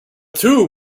two